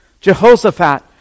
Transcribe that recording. Jehoshaphat